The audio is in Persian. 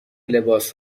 لباس